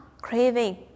craving